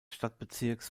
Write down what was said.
stadtbezirks